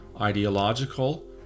ideological